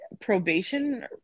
probation